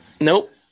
Nope